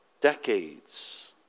decades